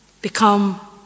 become